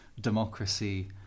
democracy